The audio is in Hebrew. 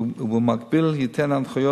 ובמקביל ייתן הנחיות,